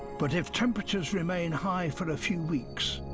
but if temperatures remain high for a few weeks,